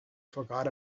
forgot